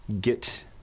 get